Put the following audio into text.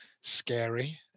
scary